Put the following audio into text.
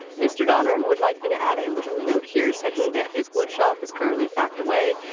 mr. donner would like me to add a little note here saying that his wood shop is currently packed away,